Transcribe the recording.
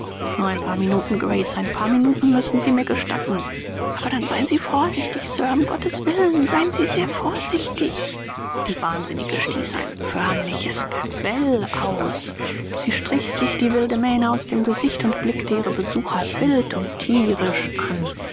nur ein paar minuten grace ein paar minuten müssen sie mir gestatten aber dann seien sie vorsichtig sir um gottes willen seien sie sehr vorsichtig die wahnsinnige stieß ein förmliches gebell aus sie strich sich die wilde mähne aus dem gesicht und blickte ihre besucher wild und tierisch an